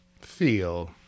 Feel